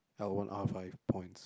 L one R five points